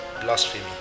blasphemy